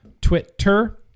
Twitter